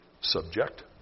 subject